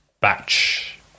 batch